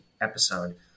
episode